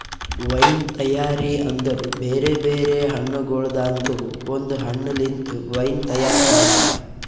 wine ತೈಯಾರಿ ಅಂದುರ್ ಬೇರೆ ಬೇರೆ ಹಣ್ಣಗೊಳ್ದಾಂದು ಒಂದ್ ಹಣ್ಣ ಲಿಂತ್ ವೈನ್ ತೈಯಾರ್ ಮಾಡ್ತಾರ್